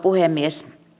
puhemies